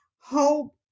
hope